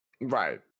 Right